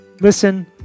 listen